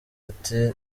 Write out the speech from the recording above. ati